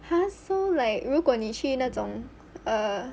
!huh! so like 如果你去那种 err